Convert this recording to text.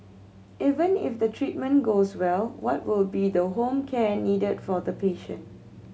even if the treatment goes well what will be the home care needed for the patient